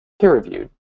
peer-reviewed